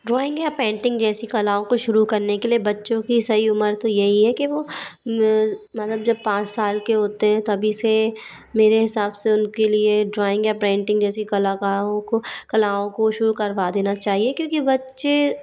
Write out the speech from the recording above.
drawing या painting जैसी कलाओं को शुरू करने के लिए बच्चों की सही उमर तो यही है कि वो मतलब जब पाँच साल के होते हैं तभी से मेरे हिसाब से उनके लिए ड्रॉइंग या पेंटिंग जैसी कलाओं को कलाओं को शुरू करवा देना चाहिए क्योंकि बच्चे